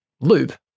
loop